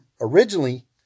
originally